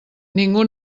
ningú